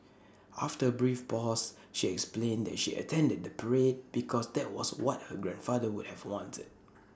after A brief pause she explained that she attended the parade because that was what her grandfather would have wanted